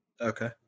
okay